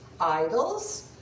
idols